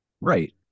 right